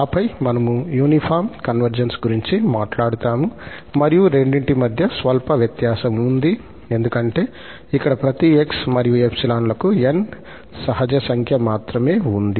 ఆపై మనము యూనిఫార్మ్ ఏకరీతి కన్వర్జెన్స్ గురించి మాట్లాడుతాము మరియు రెండింటి మధ్య స్వల్ప వ్యత్యాసం ఉంది ఎందుకంటే ఇక్కడ ప్రతి 𝑥 మరియు 𝜖 లకు 𝑁 సహజ సంఖ్య మాత్రమే ఉంది